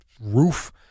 roof